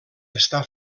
està